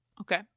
Okay